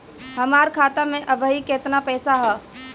हमार खाता मे अबही केतना पैसा ह?